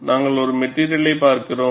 நாங்கள் ஒரு மெட்டிரியலை பார்க்கிறோம்